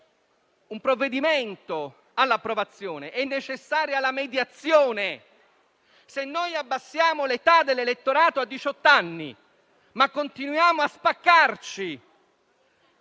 un provvedimento all'approvazione è necessaria la mediazione. Se diminuiamo l'età dell'elettorato a diciotto anni, ma continuiamo a spaccarci